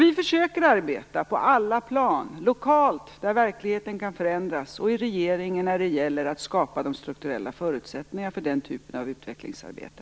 Vi försöker alltså arbeta på alla plan: lokalt där verkligheten kan förändras och i regeringen när det gäller att skapa de strukturella förutsättningarna för den typen av utvecklingsarbete.